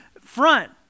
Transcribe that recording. front